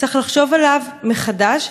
צריך לחשוב עליו מחדש.